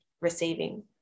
receiving